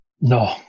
No